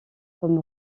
comme